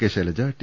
K Shailaja T